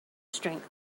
strength